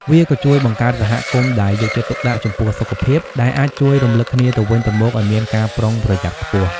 វាក៏ជួយបង្កើតសហគមន៍ដែលយកចិត្តទុកដាក់ចំពោះសុខភាព ដែលអាចជួយរំលឹកគ្នាទៅវិញទៅមកឲ្យមានការប្រុងប្រយ័ត្នខ្ពស់។